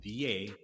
VA